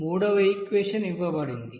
అప్పుడు మూడవ ఈక్వెషన్ ఇవ్వబడుతుంది